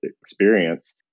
experience